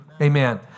Amen